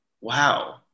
Wow